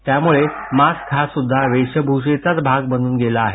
त्यामुळे मास्कसुद्धा वेशभूषेचाच भाग बनून गेला आहे